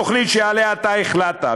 תוכנית שעליה אתה החלטת.